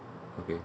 okay